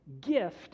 gift